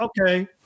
okay